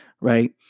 right